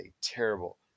terrible